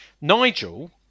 Nigel